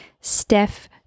Steph